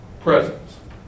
presence